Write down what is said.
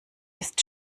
ist